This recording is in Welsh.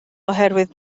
oherwydd